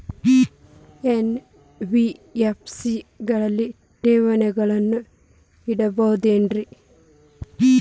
NBFC ಗಳಲ್ಲಿ ಠೇವಣಿಗಳನ್ನು ಇಡಬಹುದೇನ್ರಿ?